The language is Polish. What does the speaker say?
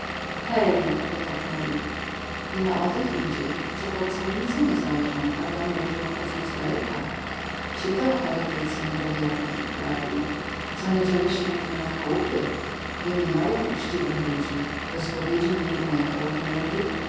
w niedzielę robić hej potaknęli ino o tych idzie co pod dzwonnicę nie zajrzą a dom boży obchodzą z daleka ci to heretycy niedowiarki prawił co niedzielę świętują w chałupie wymijają ućciwych ludzi do spowiedzi nie idą jak rok długi